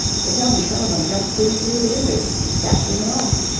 they tell me some of em jumped clean through the winders, sashes an' all.